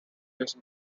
his